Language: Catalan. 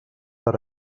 per